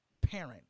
parent